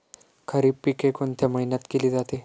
खरीप पिके कोणत्या महिन्यात केली जाते?